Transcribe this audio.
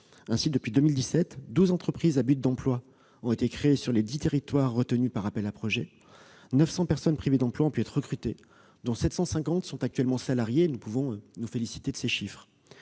oeuvre. Depuis 2017, douze entreprises à but d'emploi ont été créées sur les dix territoires retenus après appel à projet, et 900 personnes privées d'emploi ont pu être recrutées, dont 750 sont actuellement salariées. Nous pouvons nous féliciter de ces chiffres.